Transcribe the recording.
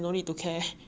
ya